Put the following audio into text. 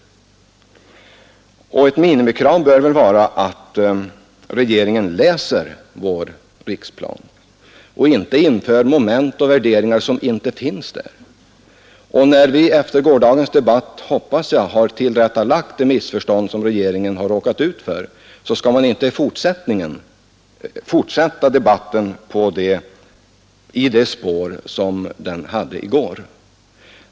Ett minimikrav bör väl vara att regeringen läser vår riksplan och inte för in moment och värderingar som inte finns där. När vi nu, som jag hoppas, tillrättalagt de missförstånd som regeringen råkade ut för i gårdagens debatt, bör man inte fortsätta debatten i de spår som den följde i går.